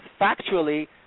factually